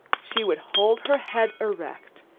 she would hold her head erect,